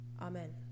Amen